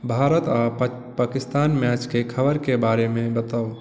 भारत आ पाकिस्तानक मैचकेॅं खबर के बारे मे बताउ